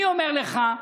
אני אומר לך: